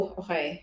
okay